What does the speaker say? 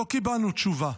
לא קיבלנו תשובה.